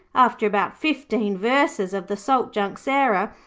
after about fifteen verses of the salt junk sarah,